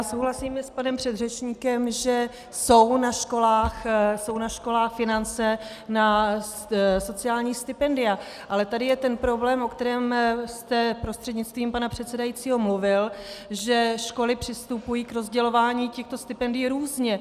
Souhlasím s panem předřečníkem, že jsou na školách finance na sociální stipendia, ale tady je problém, o kterém jste, prostřednictvím pana předsedajícího, mluvil, že školy přistupují k rozdělování těchto stipendií různě.